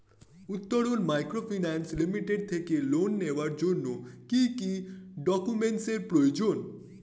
Uttaran microfinance limited থেকে loan নেওয়ার জন্য কি কি ডকুমেন্টস এর প্রয়োজন?